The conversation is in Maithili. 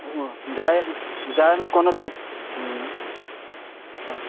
जाइमे कोनो दिक्कत हुँ हुँ